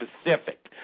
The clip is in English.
specific